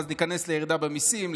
ואז ניכנס לירידה במיסים,